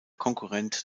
konkurrent